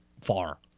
far